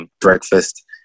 breakfast